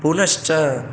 पुनश्च